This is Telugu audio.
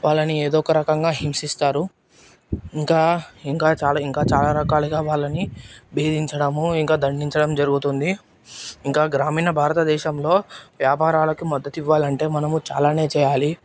వాళ్ళని ఏదో ఒక రకంగా హింసిస్తారు ఇంకా ఇంకా చాలా ఇంకా చాలా రకాలుగా వాళ్ళని వేధించడం ఇంకా దండించడం జరుగుతుంది ఇంకా గ్రామీణ భారతదేశంలో వ్యాపారాలకు మద్దతు ఇవ్వాలంటే మనము చాలానే చేయాలి